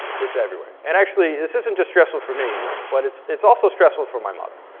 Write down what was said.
it's everywhere. and actually, this isn't just stressful for me, but it's it's also stressful for my mother.